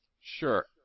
Sure